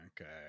Okay